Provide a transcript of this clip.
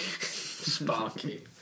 Sparky